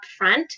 upfront